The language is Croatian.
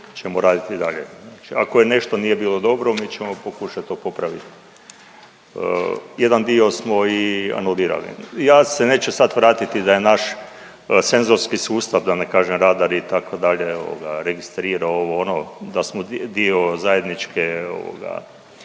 Ako nešto nije bilo dobro mi ćemo pokušat to popravit. Jedan dio smo i anulirali i ja se neću sad vratiti da je naš senzorski sustav, da ne kažem radar itd. ovoga registrirao, ovo ono, da smo dio zajedničke